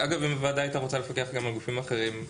אם הוועדה הייתה רוצה לפקח גם על גופים אחרים,